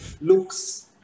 looks